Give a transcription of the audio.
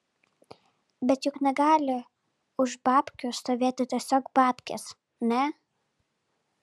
bet juk negali už babkių stovėti tiesiog babkės ne